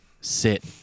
sit